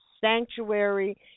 sanctuary